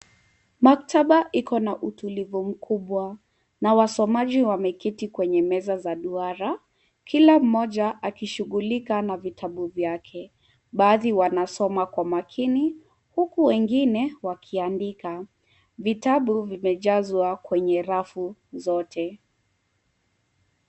Maktaba iko na utulivu mkubwa, na wasomaji wameketi kwenye meza za duara. Kila mmoja akishughulika na vitabu vyake. Baadhi wanasoma kwa makini, huku wengine wakiandika. Vitabu vimejazwa kwenye rafu zote.